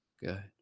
Good